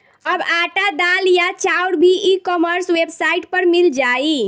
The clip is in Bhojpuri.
अब आटा, दाल या चाउर भी ई कॉमर्स वेबसाइट पर मिल जाइ